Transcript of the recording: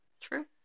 True